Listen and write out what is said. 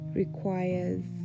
requires